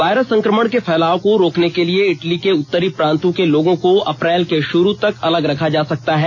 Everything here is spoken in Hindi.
वायरस संक्रमण के फैलाव को रोकने के लिए इटली के उत्तरी प्रान्तों के लोगों को अप्रैल के शुरू तक अलग रखा जा सकता है